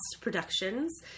Productions